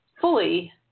fully